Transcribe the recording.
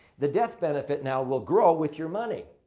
the death benefit now will grow with your money.